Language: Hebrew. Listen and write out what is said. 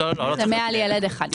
מעל ילד אחד.